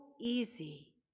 easy